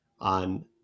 on